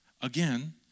again